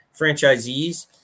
franchisees